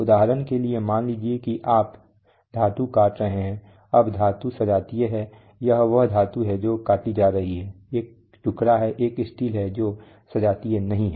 उदाहरण के लिए मान लीजिए कि आप धातु काट रहे हैं अब धातु सजातीय है यह वह धातु है जो काटी जा रही है एक टुकड़ा है एक स्टील है जो सजातीय नहीं है